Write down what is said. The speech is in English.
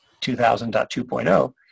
2000.2.0